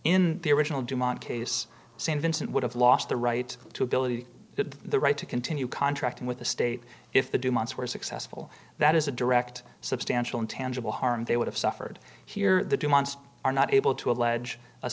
in the original dumont case st vincent would have lost the right to ability to the right to continue contracting with the state if the dumont's were successful that is a direct substantial intangible harm they would have suffered here the dumont's are not able to allege a